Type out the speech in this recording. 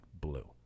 blue